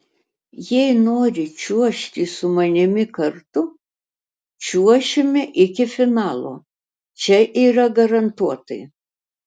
jei nori čiuožti su manimi kartu čiuošime iki finalo čia yra garantuotai